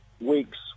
weeks